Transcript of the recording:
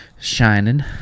shining